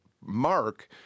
mark